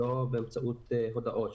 ולא באמצעות הודעות,